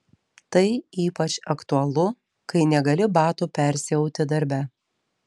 tai ypač aktualu kai negali batų persiauti darbe